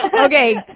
Okay